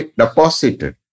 deposited